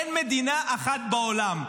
אין מדינה אחת בעולם,